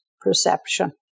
perception